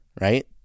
right